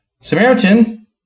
Samaritan